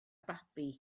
babi